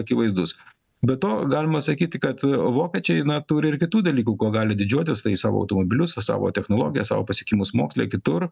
akivaizdus be to galima sakyti kad vokiečiai na turi ir kitų dalykų kuo gali didžiuotis tai savo automobilius sa savo technologijas savo pasiekimus moksle kitur